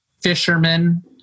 fishermen